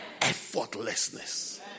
Effortlessness